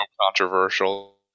controversial